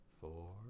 four